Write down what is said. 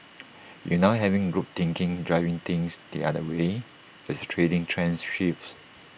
you now have group think driving things the other way as the trading trends shifts